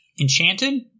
Enchanted